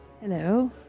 hello